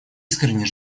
искренне